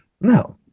No